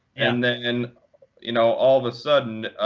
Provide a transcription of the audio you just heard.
and then you know all of a sudden,